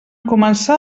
començar